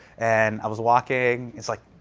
and i was walking, it's, like,